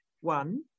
one